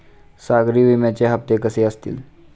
सागरी विम्याचे हप्ते कसे असतील?